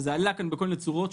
וזה עלה כאן בכל מיני צורות,